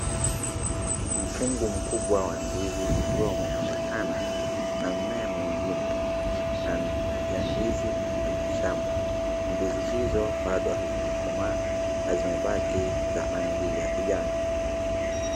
Mkungu mkubwa wa ndizi ukiwa umeambatana na mimea mingine ya ndizi kwenye shamba. Ndizi hizo bado hazijakomaa na zimebaki za rangi ya kijani.